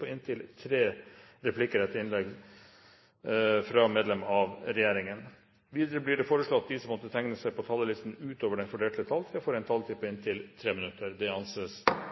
på inntil tre replikker med svar etter innlegg fra medlem av regjeringen innenfor den fordelte taletid. Videre blir det foreslått at de som måtte tegne seg på talerlisten utover den fordelte taletid, får en taletid på inntil 3 minutter. – Det anses